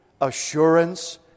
assurance